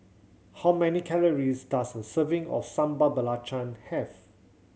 how many calories does a serving of Sambal Belacan have